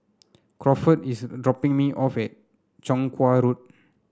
Crawford is dropping me off at Chong Kuo Road